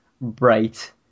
bright